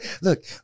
Look